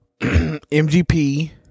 MGP